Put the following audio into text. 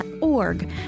org